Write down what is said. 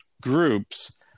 groups